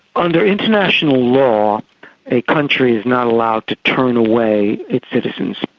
under international law a country is not allowed to turn away its citizens,